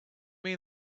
mean